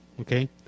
okay